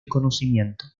conocimiento